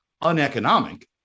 uneconomic